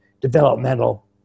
developmental